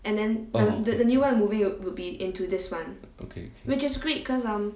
(uh huh) okay